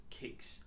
kicks